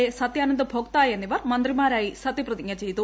A Satyanand Bhokta എന്നിവർ മന്ത്രിമാരായി സത്യപ്രതിജ്ഞ ചെയ്തു